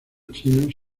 chinos